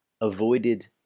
avoided